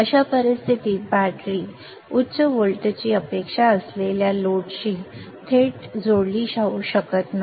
अशा परिस्थितीत बॅटरी उच्च व्होल्टची अपेक्षा असलेल्या लोडशी थेट जोडली जाऊ शकत नाही